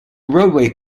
roadway